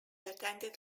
attended